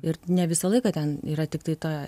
ir ne visą laiką ten yra tiktai ta